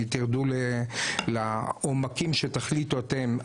תרדו לעומקים שתחליטו אתם.